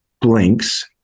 blinks